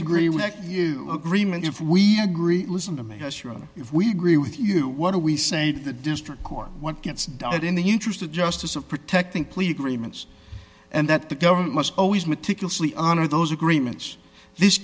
agree with you remember if we agree listen to make sure if we grieve with you what do we say to the district court what gets done in the interest of justice of protecting plea agreements and that the government must always meticulously honor those agreements this